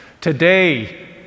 Today